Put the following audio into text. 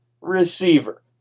receiver